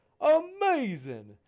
amazing